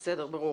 ברור.